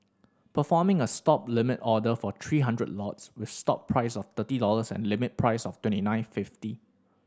performing a Stop limit order for three hundred lots with stop price of thirty dollars and limit price of twenty nine fifty